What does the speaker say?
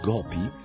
Gopi